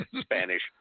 Spanish